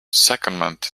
secondment